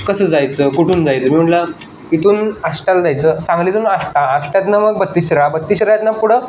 कसं जायचं कुठून जायचं मी म्हणलं इथून आष्टाला जायचं सांगलीतून आष्टा आष्ट्यातनं मग बत्तीसशिराळा बत्तीसशिराळातनं पुढं